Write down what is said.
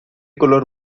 color